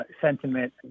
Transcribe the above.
sentiment